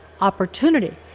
opportunity